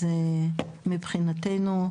אז מבחינתנו,